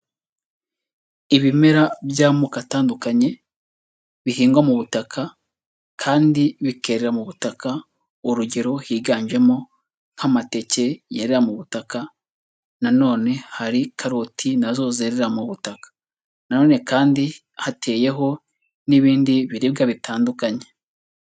Ibimera by'amoko atandukanye bihingwa mu butaka kandi bikerera mu butaka urugero, higanjemo nk'amateke yerera mu butaka, na none hari karoti nazo zerera mu butaka, na none kandi hateyeho n'ibindi biribwa bitandukanye.